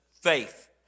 faith